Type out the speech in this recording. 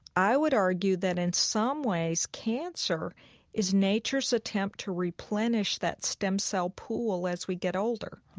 i would argue that in some ways, cancer is nature's attempt to replenish that stem cell pool as we get older.